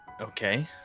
Okay